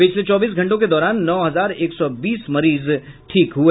पिछले चौबीस घंटों के दौरान नौ हजार एक सौ बीस मरीज ठीक हुए